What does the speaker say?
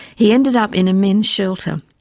he ended up in a men's shelter.